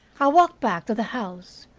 i walked back to the house,